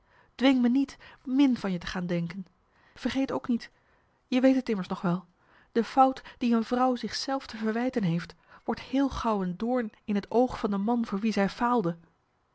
dwing me niet min van je te gaan denken vergeet ook niet je weet t immers nog wel de fout die een vrouw zich zelf te verwijten heeft wordt heel gauw een doorn in het oog van de man voor wie zij faalde